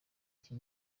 iki